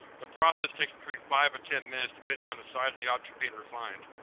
the process takes between five and ten minutes, depending on the size of the object being refined.